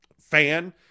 fan